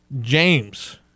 James